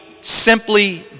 simply